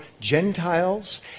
Gentiles